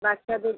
বাচ্চাদের